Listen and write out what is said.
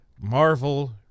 Marvel